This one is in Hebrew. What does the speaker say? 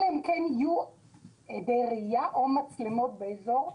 אלא אם כן יהיו עדי ראייה או מצלמות באזור,